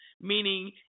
Meaning